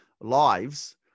lives